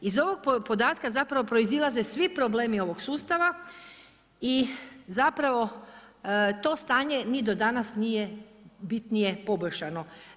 Iz ovog podatka zapravo proizilaze svi problemi ovog sustava i zapravo to stanje ni do danas nije bitnije poboljšano.